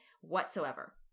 whatsoever